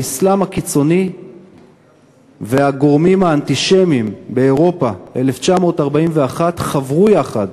האסלאם הקיצוני והגורמים האנטישמיים באירופה 1941 חברו יחד,